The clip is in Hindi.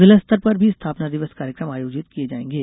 जिला स्तर पर भी स्थापना दिवस कार्यक्रम आयोजित किये जायेंगे